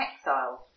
exiles